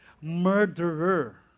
murderer